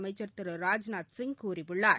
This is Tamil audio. அமைச்சர் திரு ராஜ்நாத்சிங் கூறியுள்ளார்